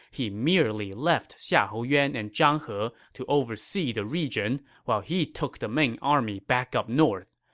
he merely left xiahou yuan and zhang he to oversee the region while he took the main army back up north.